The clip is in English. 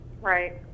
Right